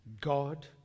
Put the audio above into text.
God